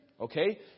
Okay